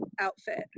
outfit